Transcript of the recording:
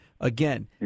Again